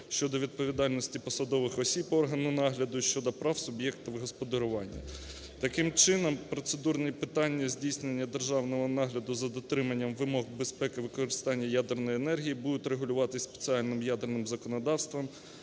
щодо відповідальності посадових осіб по органу нагляду, щодо прав суб'єктів господарювання. Таким чином, процедурні питання здійснення державного нагляду за дотриманням вимог безпеки використання ядерної енергії будуть регулюватися спеціальним ядерним законодавством,